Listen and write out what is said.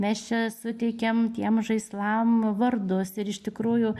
mes čia suteikiam tiems žaislam vardus ir iš tikrųjų